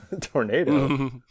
Tornado